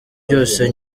byose